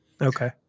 Okay